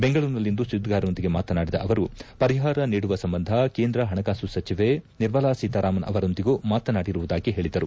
ಬೆಂಗಳೂರಿನಲ್ಲಿಂದು ಸುದ್ಗಾರರೊಂದಿಗೆ ಮಾತನಾಡಿದ ಅವರುಪರಿಹಾರ ನೀಡುವಂ ಸಂಬಂಧ ಕೇಂದ್ರ ಹಣಕಾಸು ಸಚಿವೆ ನಿರ್ಮಲಾ ಸೀತಾರಾಮನ್ ಅವರೊಂದಿಗೂ ಮಾತನಾಡಿರುವುದಾಗಿ ಹೇಳಿದರು